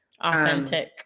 authentic